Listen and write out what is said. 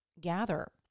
gather